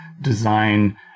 design